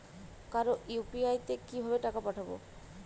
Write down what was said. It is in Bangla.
কারো ইউ.পি.আই তে কিভাবে টাকা পাঠাবো?